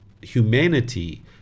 humanity